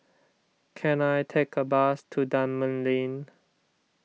can I take a bus to Dunman Lane